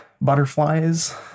Butterflies